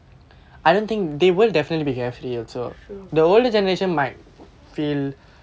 true